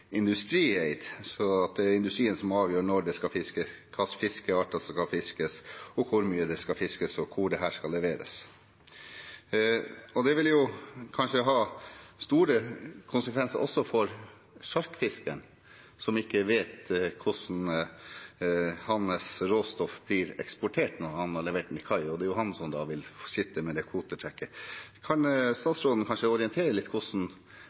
industrieid, så det er industrien som avgjør når det skal fiskes, hvilke fiskearter som skal fiskes, hvor mye som skal fiskes, og hvor det skal leveres. Det vil kanskje ha store konsekvenser for sjarkfiskeren, som ikke vet hvor hans råstoff blir eksportert når han har levert den til kai, og det er jo han som blir sittende med kvotetrekket. Kan statsråden kanskje orientere litt om hvordan